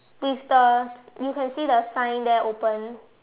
with the you can see the sign there open